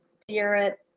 spirit